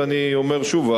ואני אומר שוב,